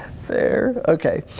fair, okay.